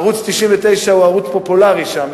ערוץ-99 הוא ערוץ פופולרי שם,